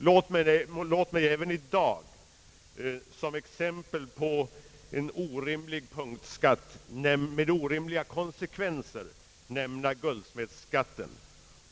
Låt mig även i dag som exempel på en orimlig punktskatt med orimliga konsekvenser nämna guldsmedsskatten.